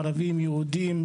ערבים ויהודים,